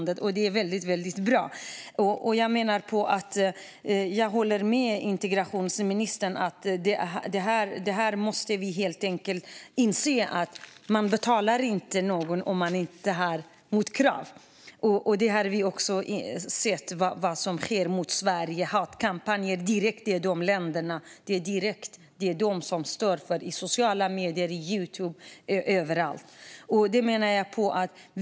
Det här är väldigt bra skrivet. Jag håller med integrationsministern om att vi måste inse att man inte betalar någon om man inte har motkrav. Vi har sett vad som sker mot Sverige i fråga om hatkampanjer. De kommer direkt från dessa länder. Det är de som står för detta på sociala medier, Youtube och överallt.